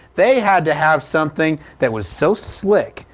they had to have something that was so slick,